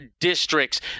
Districts